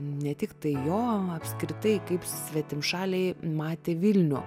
ne tiktai jo apskritai kaip svetimšaliai matė vilnių